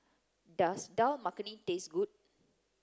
does Dal Makhani taste good